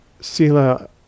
sila